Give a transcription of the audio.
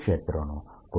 r rr r3 r rr r3 1|r r| dl